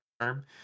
term